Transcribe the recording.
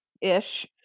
Ish